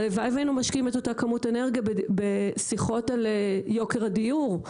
הלוואי והיינו משקיעים את אותה כמות אנרגיה בשיחות על יוקר הדיור,